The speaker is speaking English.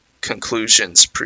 conclusions